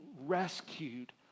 rescued